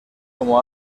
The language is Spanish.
como